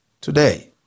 today